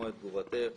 תחומים.